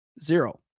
Zero